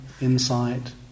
insight